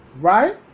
right